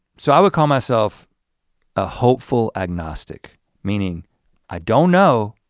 so i would call myself a hopeful agnostic meaning i don't know,